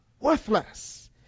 worthless